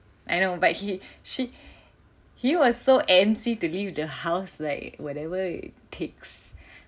I know but he she he was so antsy to leave the house like whatever it takes